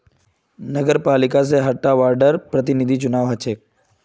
नगरपालिका से हर टा वार्डर प्रतिनिधिर चुनाव होचे